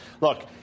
Look